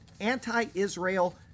anti-Israel